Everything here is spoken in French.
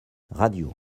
radio